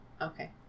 Okay